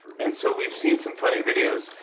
and so, we've seen some funny videos.